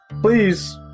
Please